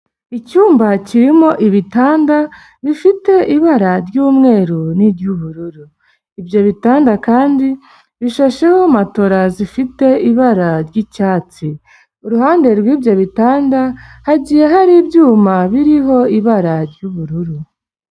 Icyumba kirimo ibitanda Gifite ibara ry'umweru n'iry'ubururu, ibyo bitanda kandi bishasheho matola zifite ibara ry'icyatsi, iruhande rw'ibyo bitanda hagiye hari ibyuma biriho ibara ry'ubururu.